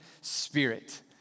Spirit